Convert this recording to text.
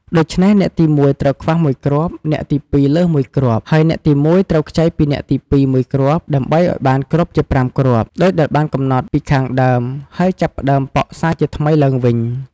ដូច្នេះអ្នកទី១ ត្រូវខ្វះ ១ គ្រាប់ អ្នកទី២ លើស ១ គ្រាប់ ហើយអ្នកទី១ ត្រូវខ្ចីពីអ្នកទី២ មួយគ្រាប់ ដើម្បីឲ្យបានគ្រប់ជា ៥គ្រាប់ ដូចដែលបានកំណត់ពីខាងដើម ហើយចាប់ផ្តើមប៉ក់សាជាថ្មីឡើងវិញ។